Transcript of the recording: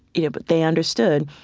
you know? but they understood,